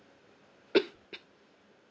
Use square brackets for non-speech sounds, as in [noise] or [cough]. [coughs]